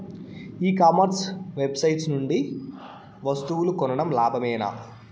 ఈ commerce website నుండి వస్తువులు కొనడం లాభమేనా?